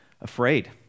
afraid